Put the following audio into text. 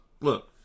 look